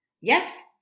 yes